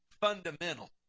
fundamental